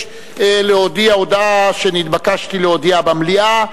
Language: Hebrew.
להודיע הודעה שנתבקשתי להודיע במליאה,